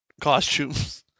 costumes